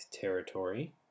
territory